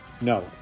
No